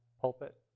pulpit